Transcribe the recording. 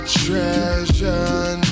treasure